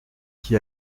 qui